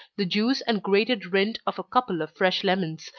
the juice and grated rind of a couple of fresh lemons,